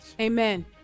Amen